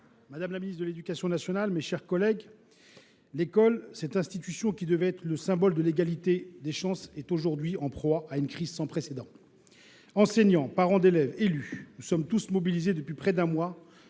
Madame la ministre de l’éducation nationale et de la jeunesse, l’école, cette institution qui devrait être le symbole de l’égalité des chances, est aujourd’hui en proie à une crise sans précédent. Les enseignants, les parents d’élèves et les élus sont tous mobilisés depuis près d’un mois